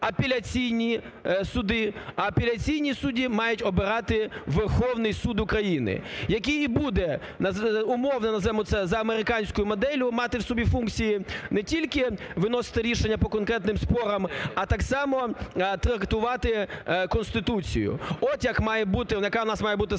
апеляційні суди мають обирати Верховний Суд України, який і буде, умовно назвемо, це за американською моделлю, мати в собі функції не тільки виносити рішення по конкретним спорам, а так само трактувати Конституцію, от яка у нас має бути система